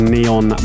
Neon